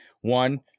One